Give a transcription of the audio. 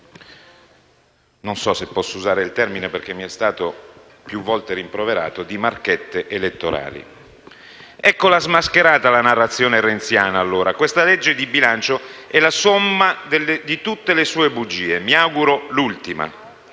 non so se posso usare il termine perché mi è stato più volte rimproverato - di marchette elettorali. Eccola smascherata la narrazione renziana. Questo provvedimento è la somma di tutte le sue bugie, e mi auguro sia l'ultima.